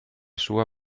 sua